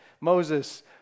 Moses